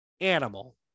animal